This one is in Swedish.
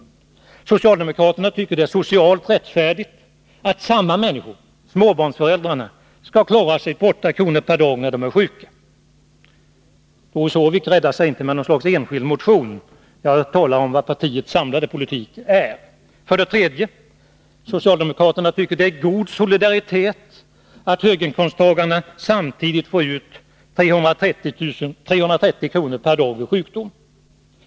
För det andra tycker socialdemokraterna att det är socialt rättfärdigt att samma människor, småbarnsföräldrarna, skall klara sig på 8 kr. per dag när de är sjuka. Doris Håvik räddar sig inte genom att hänvisa till en enskild motion — jag talar om partiets samlade politik. För det tredje tycker socialdemokraterna att det är god solidaritet att höginkomsttagarna samtidigt får ut 330 kr. per dag under sjukdom.